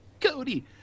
cody